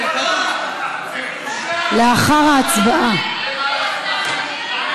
לאחר ההצבעה.